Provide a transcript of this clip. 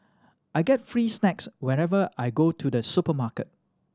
I get free snacks whenever I go to the supermarket